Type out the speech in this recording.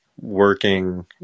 working